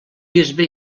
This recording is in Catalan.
bisbe